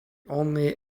only